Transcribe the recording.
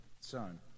Son